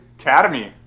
academy